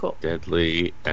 Deadly